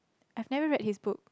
I've never read his book